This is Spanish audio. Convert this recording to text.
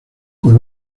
con